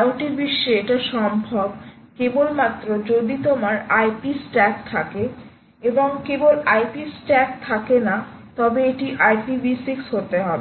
IoT বিশ্বে এটা সম্ভব কেবলমাত্র যদি তোমার IP স্ট্যাক থাকে এবং কেবল IP স্ট্যাক থাকে না তবে এটি IPv6 হতে হবে